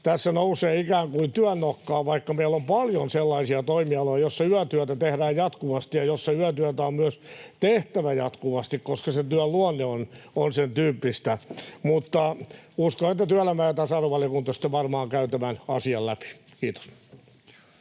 tässä nousee ikään kuin työn nokkaan, vaikka meillä on paljon sellaisia toimialoja, joissa yötyötä tehdään jatkuvasti ja joissa yötyötä on myös tehtävä jatkuvasti, koska sen työn luonne on sentyyppistä. Uskon, että työelämä‑ ja tasa-arvovaliokunta sitten varmaan käy tämän asian läpi. — Kiitos.